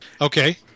Okay